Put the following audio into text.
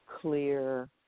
clear